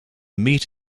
meat